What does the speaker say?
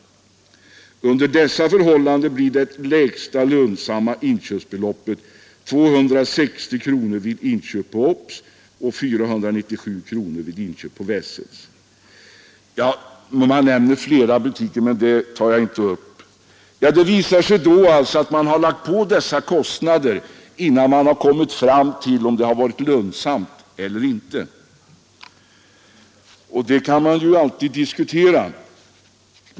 Och under dessa förhållanden blir det lägsta lönsamma inköpsbeloppet 260 kronor vid köp på Obs och 497 kronor vid köp på Wessels. Det nämns också flera andra butiker i sammanhanget, men dem tar jag inte med här. Då har man alltså lagt till dessa kostnader innan man kommit fram till om resan varit lönsam eller inte, och det tillvägagångssättet kan man ju diskutera.